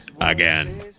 again